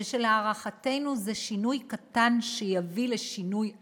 ושלהערכתנו זה שינוי קטן שיביא לשינוי אדיר,